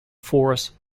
force